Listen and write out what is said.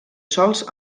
sols